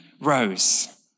rose